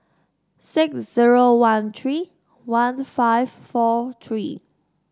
six zero one three one five four three